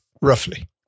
roughly